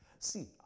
See